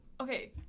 Okay